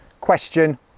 question